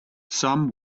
some